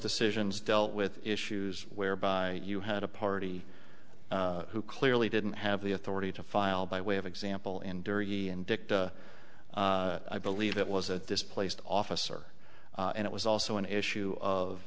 decisions dealt with issues whereby you had a party who clearly didn't have the authority to file by way of example in dirty and dicta i believe it was at this placed officer and it was also an issue of